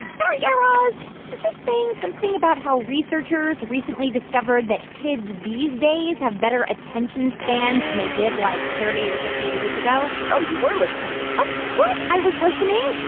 and sorry, guy raz. you were just saying something about how researchers recently discovered that kids these days have better attention spans than they did, like, thirty or fifty years ago? oh, you were listening of course i was listening.